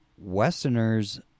Westerners